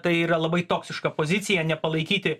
tai yra labai toksiška pozicija nepalaikyti